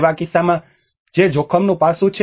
એવા કિસ્સામાં કે જે જોખમનું પાસું છે